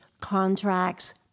contracts